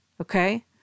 Okay